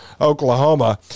Oklahoma